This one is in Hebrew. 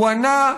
הוא ענה: